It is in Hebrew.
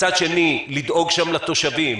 מצד שני לדאוג לתושבים,